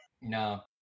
No